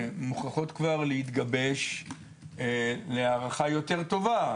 מוכרחות כבר להתגבש להערכה יותר טובה.